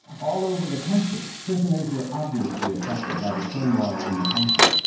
all over the country, prisoners were obviously affected by the turmoil in the country,